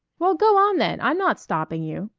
well, go on then! i'm not stopping you!